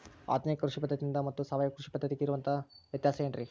ಆಧುನಿಕ ಕೃಷಿ ಪದ್ಧತಿ ಮತ್ತು ಸಾವಯವ ಕೃಷಿ ಪದ್ಧತಿಗೆ ಇರುವಂತಂಹ ವ್ಯತ್ಯಾಸ ಏನ್ರಿ?